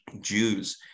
Jews